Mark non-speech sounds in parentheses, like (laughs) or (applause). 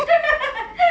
(laughs)